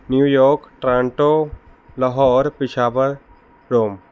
New York Toronto Lahore Peshawar Rome